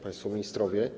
Państwo Ministrowie!